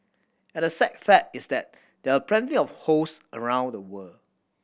and the sad fact is that there are plenty of host around the world